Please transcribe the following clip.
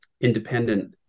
independent